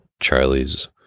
Charlie's